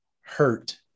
hurt